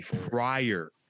prior